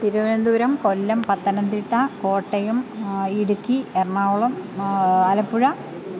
Thiruvananthapuram Kollam Pathanamthitta Kottayam Idukki Ernakulam Alappuzha